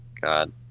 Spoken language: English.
God